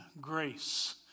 Grace